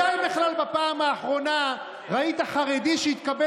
מתי בכלל בפעם האחרונה ראית חרדי שהתקבל